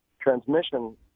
transmission